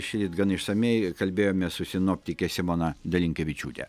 šįryt gan išsamiai kalbėjome su sinoptikė simona dalinkevičiūtė